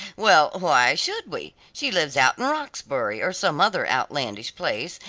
well, why should we, she lives out in roxbury or some other outlandish place,